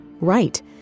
Right